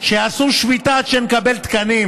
שיעשו שביתה עד שנקבל תקנים,